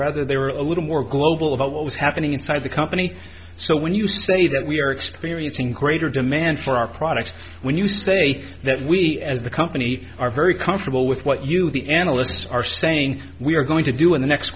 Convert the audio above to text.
rather they were a little more global about what was happening inside the company so when you say that we are experiencing greater demand for our products when you say that we as the company are very comfortable with what you the analysts are saying we are going to do in the next